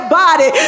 body